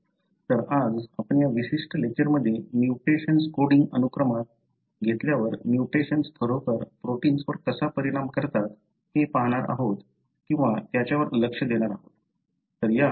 तर आज आपण या विशिष्ट लेक्चरमध्ये म्युटेशन्स कोडिंग अनुक्रमात घेतल्यावर म्युटेशन्स खरोखर प्रोटिन्स वर कसा परिणाम करतात ते पाहणार आहोत किंवा त्याच्यावर लक्ष देणार आहोत